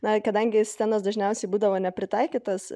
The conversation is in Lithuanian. na kadangi scenos dažniausiai būdavo nepritaikytos